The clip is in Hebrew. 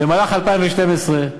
במהלך 2012,